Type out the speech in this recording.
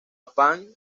pan